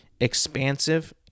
expansive